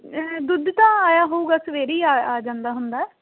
ਦੁੱਧ ਤਾਂ ਆਇਆ ਹੋਊਗਾ ਸਵੇਰੇ ਹੀ ਆ ਜਾਂਦਾ ਹੁੰਦਾ